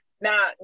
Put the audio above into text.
now